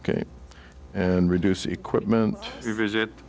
pay and reduce equipment visit